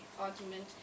argument